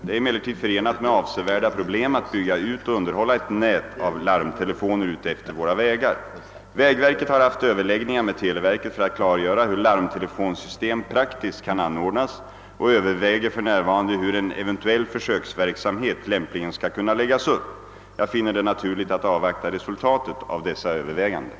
Det är emellertid förenat med avsevärda problem att bygga ut och underhålla ett nät av larmtelefoner utefter våra vägar. Vägverket har haft överläggningar med televerket för att klargöra hur larmtelefonsystem praktiskt kan anordnas och överväger för närvarande hur en eventuell försöksverksamhet lämpligen skall kunna läggas upp. Jag finner det naturligt att avvakta resultatet av dessa överväganden.